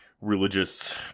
religious